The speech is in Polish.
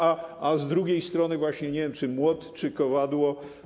A z drugiej strony właśnie nie wiem, czy młot, czy kowadło.